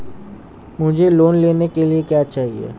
मुझे लोन लेने के लिए क्या चाहिए?